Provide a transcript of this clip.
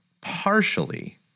partially